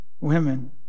women